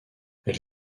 elle